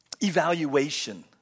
evaluation